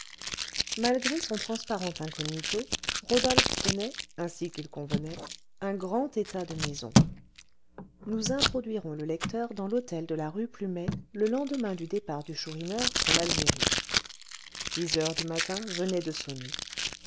malgré son transparent incognito rodolphe tenait ainsi qu'il convenait un grand état de maison nous introduirons le lecteur dans l'hôtel de la rue plumet le lendemain du départ du chourineur pour l'algérie dix heures du matin venaient de sonner